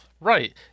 right